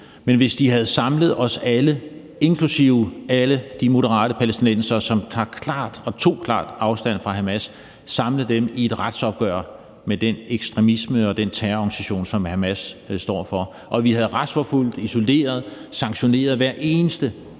men hvis de havde samlet os alle, inklusive alle de moderate palæstinensere, som klart har taget afstand og tog afstand fra Hamas, i et retsopgør med den ekstremisme og den terrororganisation, som Hamas står for, og at vi havde retsforfulgt dem isoleret og sanktioneret hver eneste